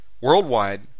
worldwide